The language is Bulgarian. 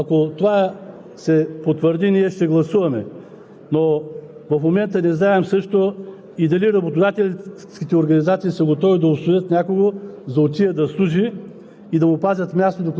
Не се знае колко души са заявили, че ще приемат доброволно да служат в период за шест месеца и повече срещу 1000 лв. заплата. Ако това се потвърди, ние ще гласуваме,